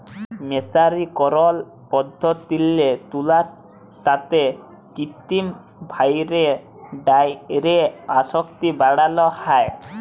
মের্সারিকরল পদ্ধতিল্লে তুলার তাঁতে কিত্তিম ভাঁয়রে ডাইয়ের আসক্তি বাড়ালো হ্যয়